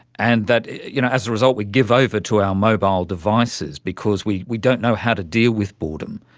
and that you know as a result we give over to our mobile devices because we we don't know how to deal with boredom.